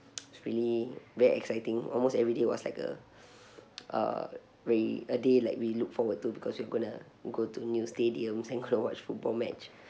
really very exciting almost everyday was like a uh very a day like we look forward to because we're going to go to new stadiums and going to watch football match